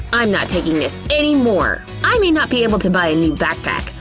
i'm not taking this anymore! i may not be able to buy a new backpack,